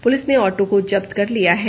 police ने auto को जब्त कर लिया है